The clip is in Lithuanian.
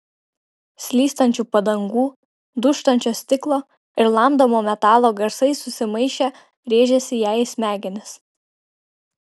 slystančių padangų dūžtančio stiklo ir lamdomo metalo garsai susimaišę rėžėsi jai į smegenis